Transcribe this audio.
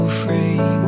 free